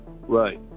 Right